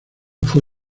fue